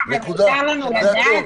לא להתווכח, אבל מותר לנו לדעת?